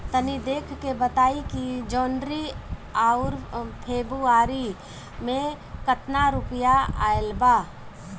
तनी देख के बताई कि जौनरी आउर फेबुयारी में कातना रुपिया आएल बा?